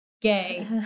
gay